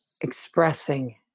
expressing